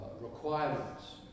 requirements